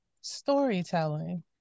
Storytelling